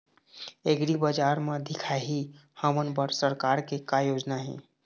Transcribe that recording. एग्रीबजार म दिखाही हमन बर सरकार के का योजना हे?